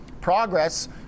progress